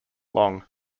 long